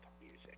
music